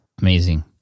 Amazing